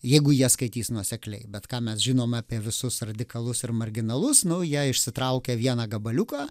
jeigu jie skaitys nuosekliai bet ką mes žinom apie visus radikalus ir marginalus nu jie išsitraukia vieną gabaliuką